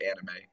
anime